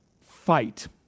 fight